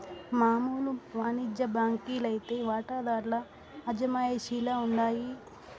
మామూలు వానిజ్య బాంకీ లైతే వాటాదార్ల అజమాయిషీల ఉండాయి